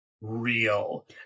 real